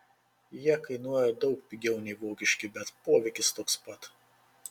jie kainuoja daug pigiau nei vokiški bet poveikis toks pat